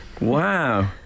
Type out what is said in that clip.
Wow